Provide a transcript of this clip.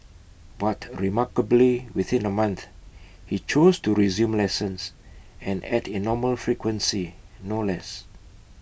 but remarkably within A month he chose to resume lessons and at A normal frequency no less